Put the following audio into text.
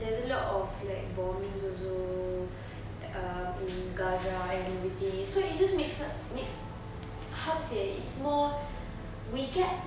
there's a lot of like bombings also um in gaza and everything so it just makes makes how to say ah it's more we get